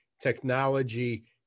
technology